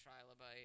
trilobite